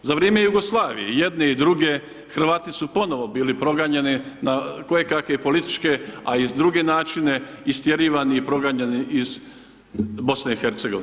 Za vrijeme Jugoslavije i jedne i druge, Hrvati su ponovo bili proganjani na koje kakve političke, a i na druge načine istjerivani i proganjani iz BiH.